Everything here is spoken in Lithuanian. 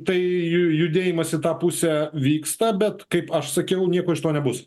tai judėjimas į tą pusę vyksta bet kaip aš sakiau nieko iš to nebus